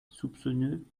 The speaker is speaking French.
soupçonneux